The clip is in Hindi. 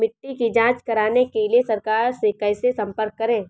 मिट्टी की जांच कराने के लिए सरकार से कैसे संपर्क करें?